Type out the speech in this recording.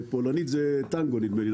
בפולנית זה טנגו, נדמה לי.